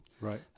right